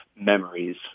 memories